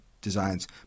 designs